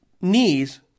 knees